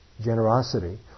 generosity